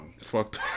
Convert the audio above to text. fucked